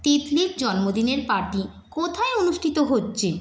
তিতলির জন্মদিনের পার্টি কোথায় অনুষ্ঠিত হচ্ছে